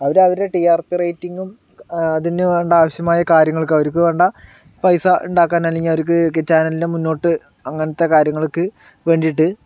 അവര് അവരുടെ ടിആർപ്പി റേറ്റിങ്ങും അതിന് വേണ്ട ആവശ്യമായ കാര്യങ്ങളൊക്കെ അവർക്ക് വേണ്ട പൈസ ഉണ്ടാക്കാൻ അല്ലെങ്കിൽ അവർക്ക് ചാനലിനെ മുന്നോട്ട് അങ്ങനത്തെ കാര്യങ്ങൾക്ക് വേണ്ടിയിട്ട്